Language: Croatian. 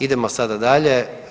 Idemo sada dalje.